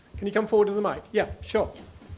can you come forward to the mic? yeah, sure.